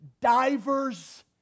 divers